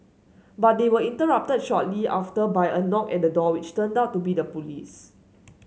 but they were interrupted shortly after by a knock at the door which turned out to be the police